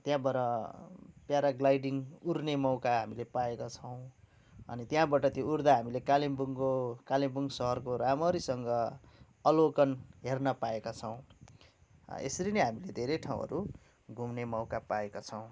त्यहाँबाट प्याराग्लाइडिङ उड्ने मौका हामीले पाएका छौँ अनि त्यहाँबाट उड्दा हामीले कालिम्पोङको कालिम्पोङ सहरको राम्ररीसँग अवलोकन् हेर्न पाएका छौँ यसरी नै हामीले धेरै ठाउँहरू घुम्ने मौका पाएका छौँ